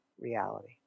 reality